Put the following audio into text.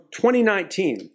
2019